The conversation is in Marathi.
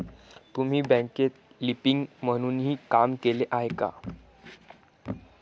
तुम्ही बँकेत लिपिक म्हणूनही काम केले आहे का?